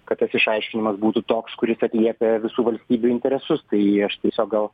kad tas išaiškinimas būtų toks kuris atliepia visų valstybių interesus tai aš tiesiog gal